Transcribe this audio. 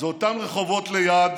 זה אותם רחובות ליד,